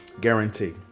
guarantee